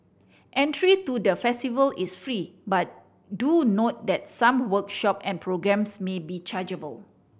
entry to the festival is free but do note that some workshop and programmes may be chargeable